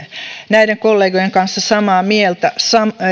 näiden kollegojen kanssa samaa mieltä